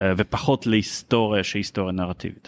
ופחות להיסטוריה שהיא היסטוריה נרטיבית.